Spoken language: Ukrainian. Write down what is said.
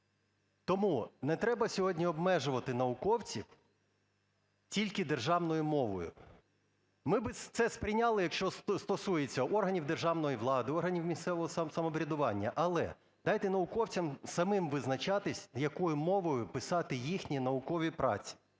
Тому не треба сьогодні обмежувати науковців тільки державною мовою. Ми би це сприйняли, якщо це б стосувалося органів державної влади, органів місцевого самоврядування, але дайте науковцям самим визначатись якою мовою писати їхні наукові праці.